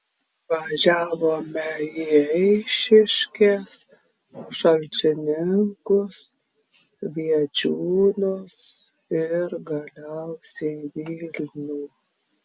važiavome į eišiškės šalčininkus viečiūnus ir galiausiai vilnių